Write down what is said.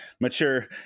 mature